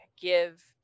give